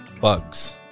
bugs